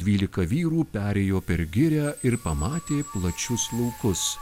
dvylika vyrų perėjo per girią ir pamatė plačius laukus